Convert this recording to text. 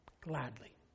Gladly